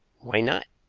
why not?